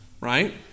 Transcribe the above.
Right